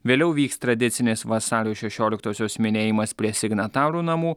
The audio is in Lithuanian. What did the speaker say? vėliau vyks tradicinės vasario šešioliktosios minėjimas prie signatarų namų